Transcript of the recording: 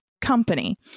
company